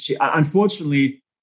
unfortunately